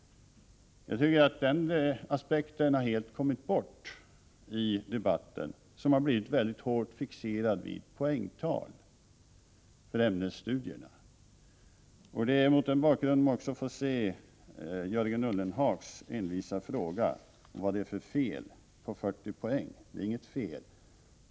Jag tycker att den aspekten har kommit bort i debatten som blivit hårt fixerad vid poängtal för ämnesstudierna. Det är mot den bakgrunden man får se Jörgen Ullenhags envisa fråga: Vad är det för fel på 40 poäng? Det är inget fel.